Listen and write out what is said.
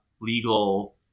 legal